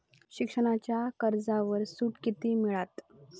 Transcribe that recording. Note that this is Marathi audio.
शिक्षणाच्या कर्जावर सूट किती मिळात?